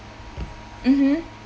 mmhmm